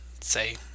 say